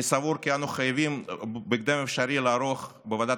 אני סבור כי אנו חייבים בהקדם האפשרי לערוך בוועדת